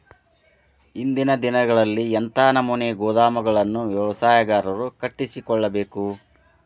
ಇಂದಿನ ದಿನಗಳಲ್ಲಿ ಎಂಥ ನಮೂನೆ ಗೋದಾಮುಗಳನ್ನು ವ್ಯವಸಾಯಗಾರರು ಕಟ್ಟಿಸಿಕೊಳ್ಳಬೇಕು?